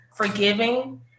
forgiving